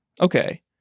Okay